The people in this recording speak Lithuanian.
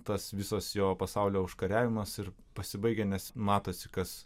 tas visas jo pasaulio užkariavimas ir pasibaigia nes matosi kas